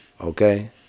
Okay